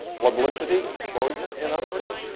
publicity, exposure, in other words,